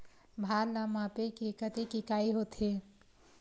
भार ला मापे के कतेक इकाई होथे?